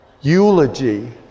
eulogy